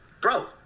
bro